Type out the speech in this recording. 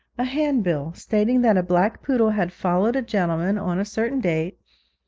a handbill stating that a black poodle had followed a gentleman on a certain date,